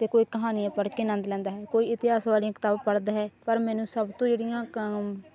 ਅਤੇ ਕੋਈ ਕਹਾਣੀਆ ਪੜ੍ਹ ਕੇ ਆਨੰਦ ਲੈਂਦਾ ਹੈ ਕੋਈ ਇਤਿਹਾਸ ਵਾਲੀਆਂ ਕਿਤਾਬਾਂ ਪੜ੍ਹਦਾ ਹੈ ਪਰ ਮੈਨੂੰ ਸਭ ਤੋਂ ਜਿਹੜੀਆਂ ਕ